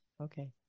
Okay